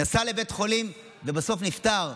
שנסע לבית חולים ובסוף נפטר?